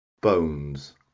bones